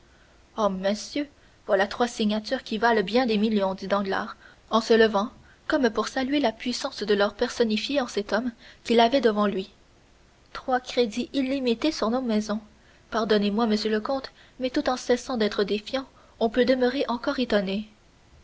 oh monsieur voilà trois signatures qui valent bien des millions dit danglars en se levant comme pour saluer la puissance de l'or personnifiée en cet homme qu'il avait devant lui trois crédits illimités sur nos maisons pardonnez-moi monsieur le comte mais tout en cessant d'être défiant on peut demeurer encore étonné